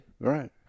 Right